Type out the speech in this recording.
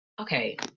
Okay